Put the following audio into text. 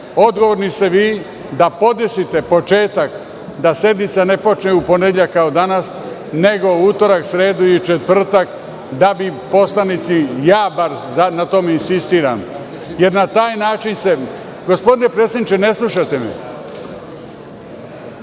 odgovorni ste vi da podesite početak da sednica ne počne u ponedeljak, kao danas, nego u utorak, sredu i četvrtak da bi poslanici, ja bar na tome insistiram, jer na taj način se… Gospodine predsedniče ne slušate me.